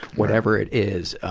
whatever it is,